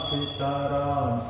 Sitaram